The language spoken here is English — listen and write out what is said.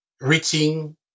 reaching